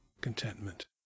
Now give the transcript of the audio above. contentment